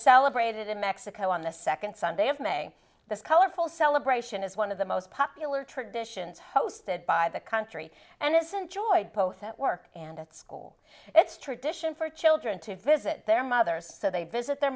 celebrated in mexico on the second sunday of may this colorful celebration is one of the most popular traditions hosted by the country and it's enjoyed both at work and at school it's tradition for children to visit their mothers so they visit their